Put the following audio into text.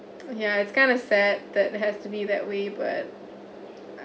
yeah it's kind of sad that has to be that way but